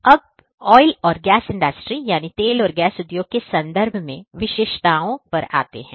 अब तेल और गैस उद्योग के संदर्भ में विशिष्टताओं पर आते हैं